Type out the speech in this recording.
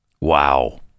Wow